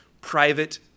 private